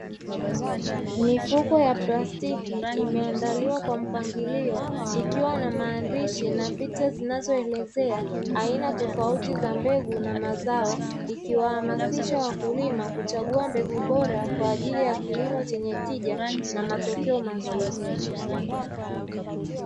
Mifuko ya plastiki imeandaliwa kwa mpangilio, ikiwa na maandishi na picha zinazoelezea aina tofauti za mbegu na mazao, ikiwahamasisha wakulima kuchagua mbegu bora kwa ajili ya kilimo chenye tija na matokeo mazuri.